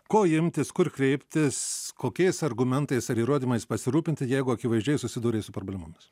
ko imtis kur kreiptis kokiais argumentais ar įrodymais pasirūpinti jeigu akivaizdžiai susidūrei su problemomis